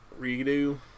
redo